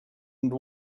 and